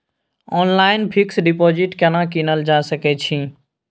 Online fix deposit केना कीनल जा सकै छी?